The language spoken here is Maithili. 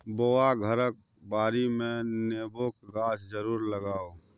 बौआ घरक बाडीमे नेबोक गाछ जरुर लगाउ